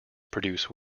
produce